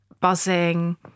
buzzing